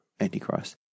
Antichrist